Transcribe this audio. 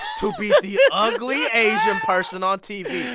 to be the ugly asian person on tv.